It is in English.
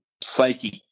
psychic